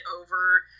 over